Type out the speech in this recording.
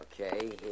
Okay